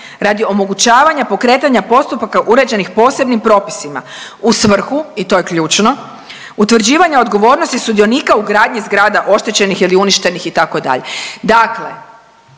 radi omogućavanja pokretanja postupaka uređenih posebnim propisima u svrhu, i to je ključno, utvrđivanja odgovornosti sudionika u gradnji zgrada oštećenih ili uništenih, itd.